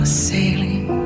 sailing